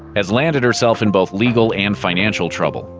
has landed herself in both legal and financial trouble.